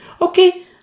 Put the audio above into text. Okay